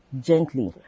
gently